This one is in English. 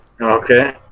Okay